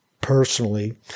personally